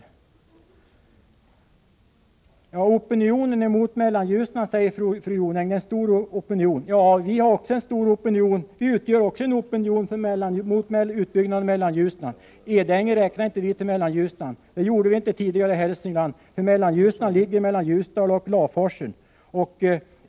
Den stora opinionen är mot utbyggnaden av Mellanljusnan, säger fru Jonäng. Vi utgör också en stor opinion mot utbyggnaden av Mellanljusnan. Men Edänge räknar vi inte till Mellanljusnan. Det gjorde vi inte tidigare i Hälsingland, för Mellanljusnan ligger mellan Ljusdal och Laforsen.